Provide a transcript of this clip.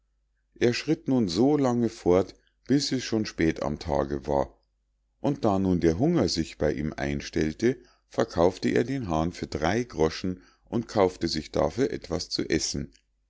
er schritt nun so lange fort bis es schon spät am tage war und da nun der hunger sich bei ihm einstellte verkaufte er den hahn für drei groschen und kaufte sich dafür etwas zu essen